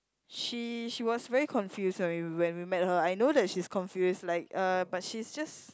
she she was very confused when we when we met her I know that she's confused like uh but she's just